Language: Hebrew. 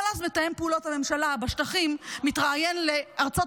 אבל אז מתאם פעולות הממשלה בשטחים מתראיין לארצות